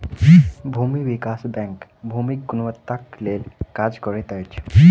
भूमि विकास बैंक भूमिक गुणवत्ताक लेल काज करैत अछि